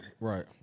Right